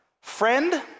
Friend